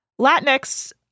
Latinx